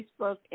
Facebook